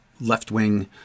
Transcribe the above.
left-wing